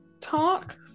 talk